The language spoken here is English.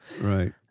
Right